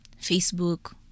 Facebook